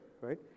right